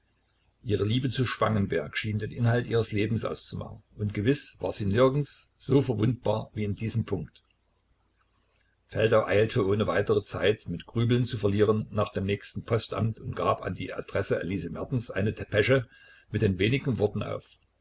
ihre liebe zu spangenberg schien den inhalt ihres lebens auszumachen und gewiß war sie nirgends so verwundbar wie in diesem punkt feldau eilte ohne weitere zeit mit grübeln zu verlieren nach dem nächsten postamt und gab an die adresse elise mertens eine depesche mit den wenigen worten auf